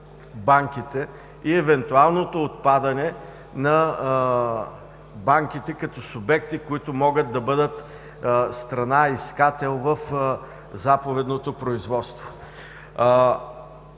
и евентуалното отпадане на банките като субекти, които могат да бъдат страна искател в заповедното производство.